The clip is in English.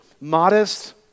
Modest